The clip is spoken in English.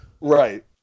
Right